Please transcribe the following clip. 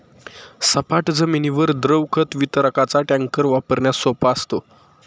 सपाट जमिनीवर द्रव खत वितरकाचा टँकर वापरण्यास सोपा असतो